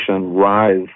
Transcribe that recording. rise